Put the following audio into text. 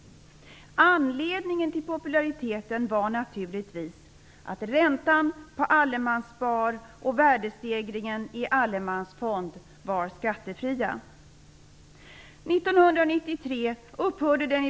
Anledningen till populariteten var naturligtvis att räntan på allemansspar och värdestegringen i allemansfond var skattefria.